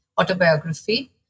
autobiography